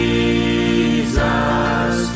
Jesus